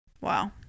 Wow